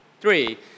three